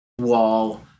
wall